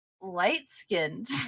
light-skinned